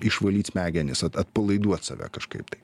išvalyt smegenis at atpalaiduot save kažkaip tai